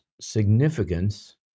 significance